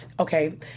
Okay